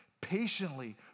patiently